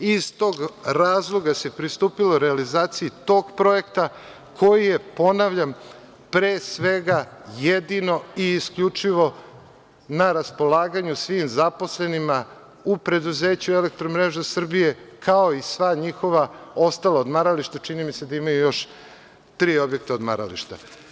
Iz tog razloga se pristupilo realizaciji tog projekta koji je, ponavljam, pre svega jedino i isključivo na raspolaganju svim zaposlenima u preduzeću „Elektromreža Srbije“, kao i sva njihova ostala odmarališta, čini mi se da imaju još tri objekta odmarališta.